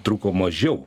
truko mažiau